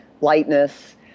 lightness